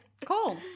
cool